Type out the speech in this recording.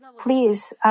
Please